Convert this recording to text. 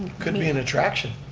could be an attraction.